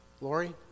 Lori